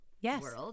Yes